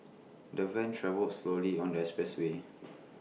the van travelled slowly on the expressway